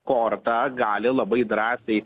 kortą gali labai drąsiai